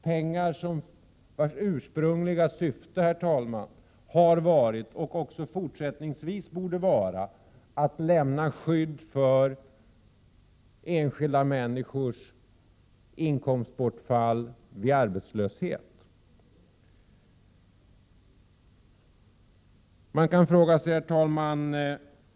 Det är pengar vilkas ursprungliga syfte har varit och också fortsättningsvis borde vara att ersätta enskilda människors inkomstbortfall vid arbetslöshet.